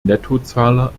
nettozahler